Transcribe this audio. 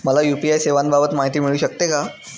मला यू.पी.आय सेवांबाबत माहिती मिळू शकते का?